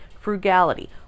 frugality